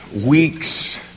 weeks